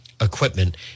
equipment